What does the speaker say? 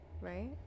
right